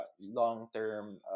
long-term